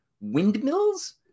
windmills